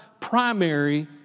primary